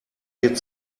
wird